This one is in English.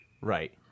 Right